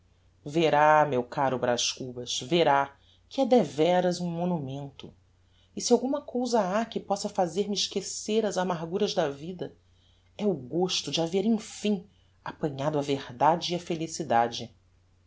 verá meu caro braz cubas verá que é devéras um monumento e se alguma cousa ha que possa fazer-me esquecer as amarguras da vida é o gosto de haver emfim apanhado a verdade e a felicidade